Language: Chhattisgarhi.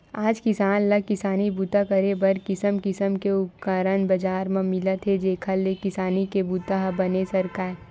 आज किसान ल किसानी बूता करे बर किसम किसम के उपकरन बजार म मिलत हे जेखर ले किसानी के बूता ह बने सरकय